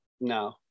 No